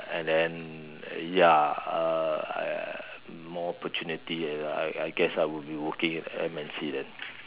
and then ya uh I more opportunity I I guess I'll be working in M_N_C then